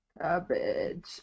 cabbage